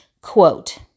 quote